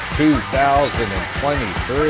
2023